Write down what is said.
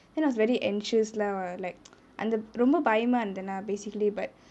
and I was very anxious lah like அந்த ரொம்ப பயமா இருந்தேனா:antha romba bayamaa irunthenaa basically but